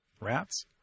Rats